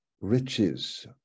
riches